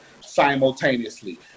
simultaneously